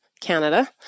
Canada